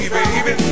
baby